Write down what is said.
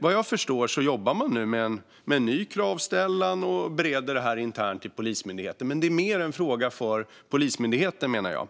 Vad jag förstår jobbar man nu med en ny kravställan och bereder detta internt i Polismyndigheten. Men det är mer en fråga för Polismyndigheten, menar jag.